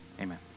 Amen